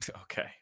Okay